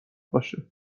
باشه